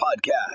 podcast